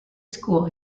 school